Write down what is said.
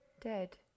Dead